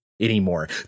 Anymore